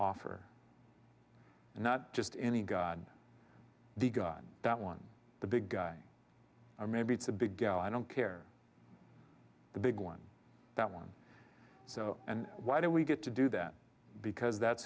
offer and not just any god the guy that won the big guy or maybe it's a big go i don't care the big one that won so and why do we get to do that because that's